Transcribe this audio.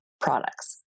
products